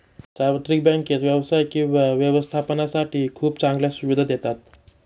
सार्वत्रिक बँकेत व्यवसाय किंवा व्यवस्थापनासाठी खूप चांगल्या सुविधा देतात